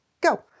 go